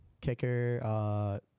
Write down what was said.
kicker